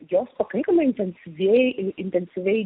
jos pakankamai intensyviai intensyviai